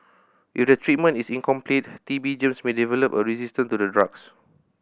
if the treatment is incomplete T B germs may develop a resistance to the drugs